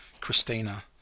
Christina